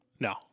No